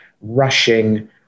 rushing